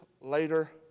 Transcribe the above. later